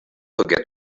forget